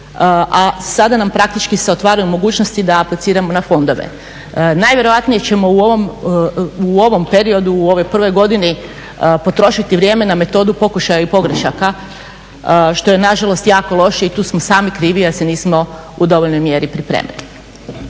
a sada nam praktički se otvaraju mogućnosti da apliciramo na fondove. Najvjerojatnije ćemo u ovom periodu u ovoj prvoj godini potrošiti vrijeme na metodu pokušaja i pogrešaka što je nažalost jako loše i tu smo sami krivi jer se nismo u dovoljnoj mjeri pripremili.